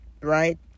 right